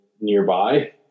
nearby